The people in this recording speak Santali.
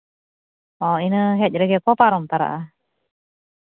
ᱦᱚᱸ ᱤᱱᱟᱹ ᱦᱮᱡ ᱨᱮᱜᱮ ᱠᱚ ᱯᱟᱨᱚᱢ ᱛᱟᱨᱟᱜᱼᱟ